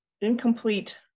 incomplete